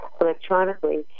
electronically